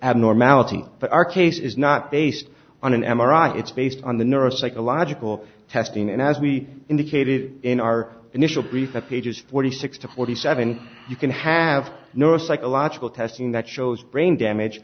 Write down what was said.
abnormality but our case is not based on an m r i it's based on the neuropsychological testing and as we indicated in our initial brief at pages forty six to forty seven you can have neuropsychological testing that shows brain damage